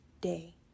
day